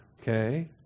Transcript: okay